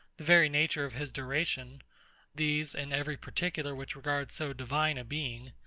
the very nature of his duration these, and every particular which regards so divine a being,